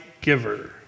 giver